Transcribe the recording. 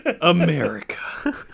america